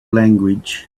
language